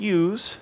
use